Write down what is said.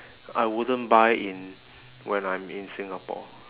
I wouldn't buy in when I'm in singapore